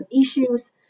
issues